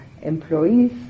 employees